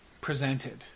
presented